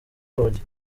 urugi